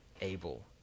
able